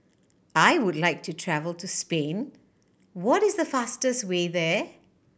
I would like to travel to Spain what is the fastest way there